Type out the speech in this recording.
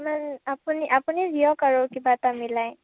আপুনি আপুনি দিয়ক আৰু কিবা এটা মিলাই